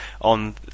on